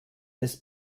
des